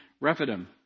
Rephidim